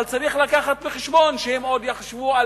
אבל צריך להביא בחשבון שהם עוד יחשבו על